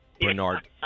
Bernard